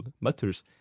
matters